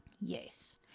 Yes